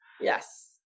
yes